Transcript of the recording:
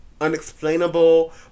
unexplainable